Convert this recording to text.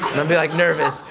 and i'll be like, nervous,